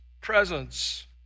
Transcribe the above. presence